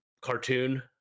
cartoon